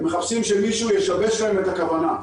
הם מחפשים שמישהו ישבש להם את הכוונה.